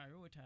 prioritize